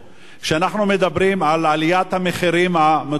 כשאנחנו מדברים על עליית המחירים המטאורית,